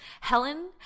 Helen